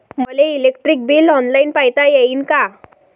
मले electric bill online पायता येईन का?